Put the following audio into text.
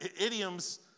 idioms